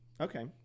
Okay